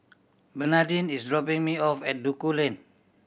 Bernadine is dropping me off at Duku Lane